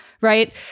right